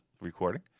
recording